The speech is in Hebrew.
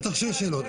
בטח שיש שאלות.